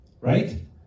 Right